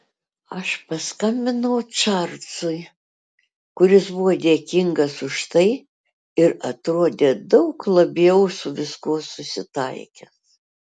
aš paskambinau čarlzui kuris buvo dėkingas už tai ir atrodė daug labiau su viskuo susitaikęs